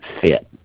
fit